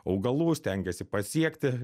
augalų stengiasi pasiekti